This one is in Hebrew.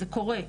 זה קורה.